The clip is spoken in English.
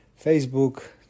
Facebook